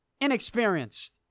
inexperienced